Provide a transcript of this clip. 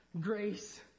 grace